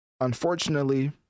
unfortunately